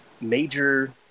major